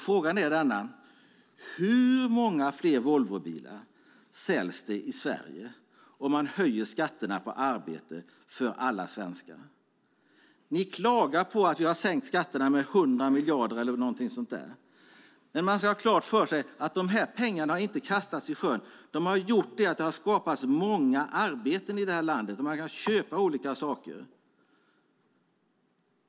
Frågan är: Hur många fler Volvobilar säljs det i Sverige om vi höjer skatterna på arbete för alla svenskar? Ni klagar på att vi har sänkt skatterna med 100 miljarder eller något sådant, men man ska ha klart för sig att de här pengarna inte har kastats i sjön. De har gjort att det har skapats många arbeten i det här landet så att människor kan köpa olika saker.